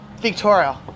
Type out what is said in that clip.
Victoria